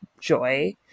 joy